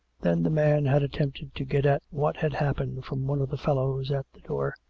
then the man had attempted to get at what had happened from one of the fellows at the door,